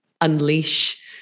unleash